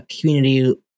community